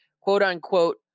quote-unquote